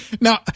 now